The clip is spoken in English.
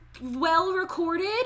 well-recorded